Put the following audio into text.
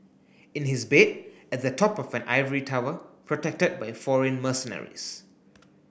in his bed at the top of an ivory tower protected by foreign mercenaries